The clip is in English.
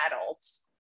adults